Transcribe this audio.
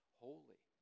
holy